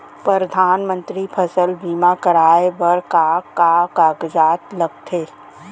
परधानमंतरी फसल बीमा कराये बर का का कागजात लगथे?